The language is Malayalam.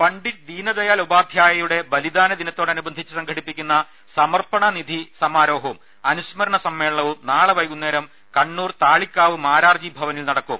പണ്ഡിറ്റ് ദീനദയാൽ ഉപാദ്ധ്യായയുടെ ബലിദാന ദിനത്തോട നുബന്ധിച്ച് സംഘടിപ്പിക്കുന്ന സമർപ്പണ നിധി സമാരോഹും അനുസ്മരണ സമ്മേളനവും നാളെ വൈകുന്നേരം കണ്ണൂർ താളിക്കാവ് മാരാർജി ഭവനിൽ നടക്കും